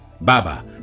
Baba